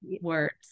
words